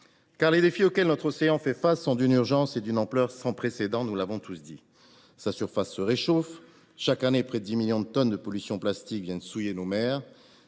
Les défis auxquels notre océan fait face sont d’une urgence et d’une ampleur sans précédent – nous l’avons tous dit. Sa surface se réchauffe. Chaque année, près de 10 millions de tonnes de pollution plastique viennent souiller nos mers.